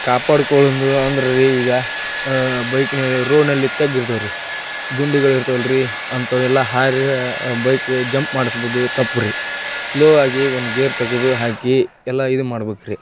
ಕಾಪಾಡ್ಕೊಳ್ಳೋದು ಅಂದರೆ ರೀ ಈಗ ಬೈಕ್ನಲ್ಲಿ ರೋಡ್ನಲ್ಲಿ ತಗ್ಗು ಇರ್ತವೆ ರೀ ಗುಂಡಿಗಳು ಇರ್ತವಲ್ಲ ರೀ ಅಂಥವು ಎಲ್ಲ ಹಾರಿ ಬೈಕ್ ಜಂಪ್ ಮಾಡಿಸಬೋದು ತಪ್ಪು ರೀ ಸ್ಲೋ ಆಗಿ ಒಂದು ಗೇರ್ ತೆಗೆದು ಹಾಕಿ ಎಲ್ಲ ಇದು ಮಾಡಬೇಕ್ರಿ